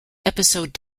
episode